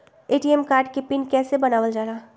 ATM card के PIN कैसे बनावल जाला?